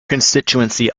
constituency